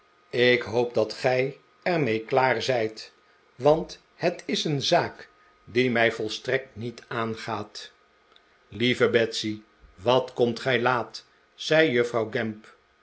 ik hoop dat gij er mee klaar zijt want het is een zaak die mij volstrekt niet aangaat lieve betsy wat komt gij laat zei juffrouwgamp haar